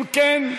אם כן,